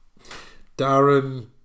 Darren